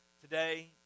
Today